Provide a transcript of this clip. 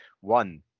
one